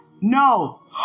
No